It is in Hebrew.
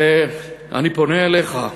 ואני פונה אליך,